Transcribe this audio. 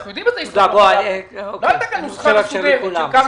לא הייתה כאן נוסחה מקובלת של כמה